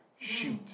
Shoot